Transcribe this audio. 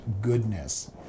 goodness